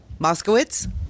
Moskowitz